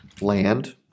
land